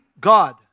God